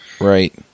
Right